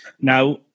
Now